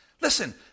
Listen